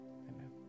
Amen